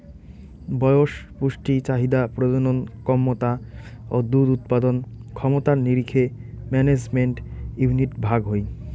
বয়স, পুষ্টি চাহিদা, প্রজনন ক্যমতা ও দুধ উৎপাদন ক্ষমতার নিরীখে ম্যানেজমেন্ট ইউনিট ভাগ হই